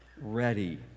ready